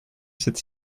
cette